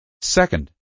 Second